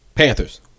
Panthers